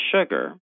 sugar